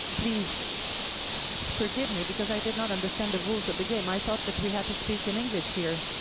please forgive me, because i did not understand the rules of the game. i thought that we have to speak in english here.